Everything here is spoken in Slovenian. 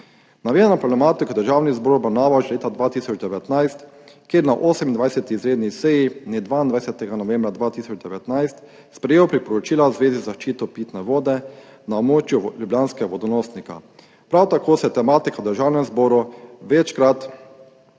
Navedeno problematiko je Državni zbor obravnaval že leta 2019, ko je na 28. izredni seji dne 22. novembra 2019 sprejel priporočila v zvezi z zaščito pitne vode na območju ljubljanskega vodonosnika. Prav tako se je tematika v Državnem zboru večkrat